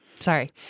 Sorry